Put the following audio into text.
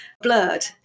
blurred